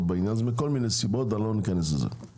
בעניין הזה וזה מכל מיני סיבות שכרגע לא ניכנס אליהן.